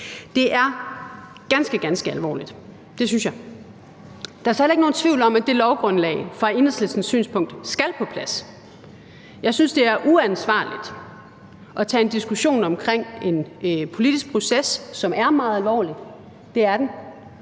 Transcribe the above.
Det er ganske, ganske alvorligt; det synes jeg. Der er så heller ikke nogen tvivl om, set fra Enhedslistens synspunkt, at det lovgrundlag skal på plads. Jeg synes, det er uansvarligt at tage en diskussion om en politisk proces, som er meget alvorlig – det er den